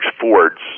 fords